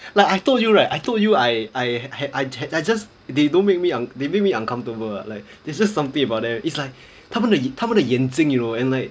like I told you right I told you I I I I just they don't make me they make me uncomfortable ah like it's just something about them it's like 他们的眼他们的眼睛 you know and like